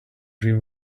dream